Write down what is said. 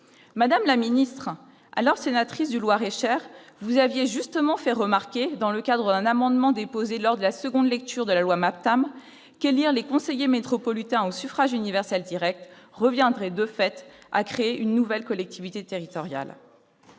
Madame la ministre, alors sénatrice du Loir-et-Cher, vous aviez justement fait remarquer, dans le cadre de l'examen d'un amendement déposé lors de la seconde lecture de la loi MAPTAM, qu'élire les conseillers métropolitains au suffrage universel direct reviendrait, de fait, à créer une nouvelle collectivité territoriale.